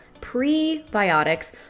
prebiotics